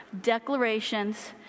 declarations